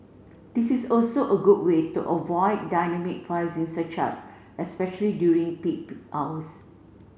this is also a good way to avoid dynamic pricing surcharge especially during peak hours